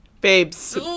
Babes